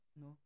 no